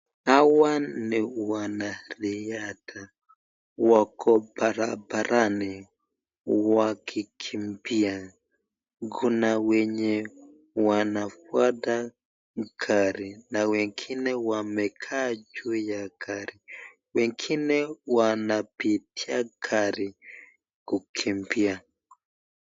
Hawa ni wanariatha wako barabarani wanakimbia. Kuna wenye wanafuata gari na wengine wamekaa juu ya gari. Wengine wanapitia gari kukimbia.